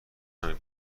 همین